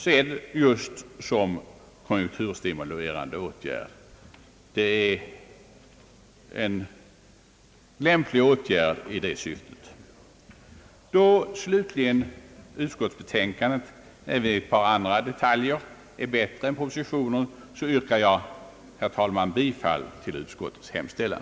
Det innebär i dagens läge en lämplig åtgärd i konjunkturstimulerande syfte. Då slutligen utskottsbetänkandet även i ett par andra detaljer är bättre än propositionen yrkar jag, herr talman, bifall till utskottets hemställan.